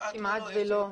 כמעט שלא.